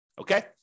okay